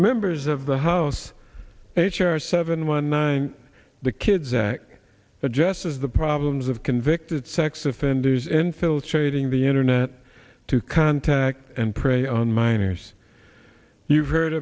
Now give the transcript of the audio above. members of the house h r seven one nine the kids act just as the problems of convicted sex offenders infiltrating the internet to contact and prey on minors you've heard